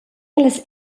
allas